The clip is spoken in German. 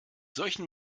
solchen